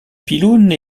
pylônes